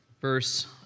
Verse